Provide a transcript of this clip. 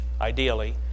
ideally